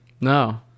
No